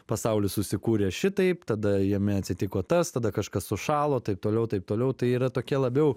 pasaulis susikūrė šitaip tada jame atsitiko tas tada kažkas sušalo taip toliau taip toliau tai yra tokia labiau